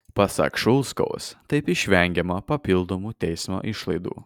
pasak šulskaus taip išvengiama papildomų teismo išlaidų